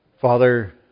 Father